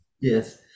yes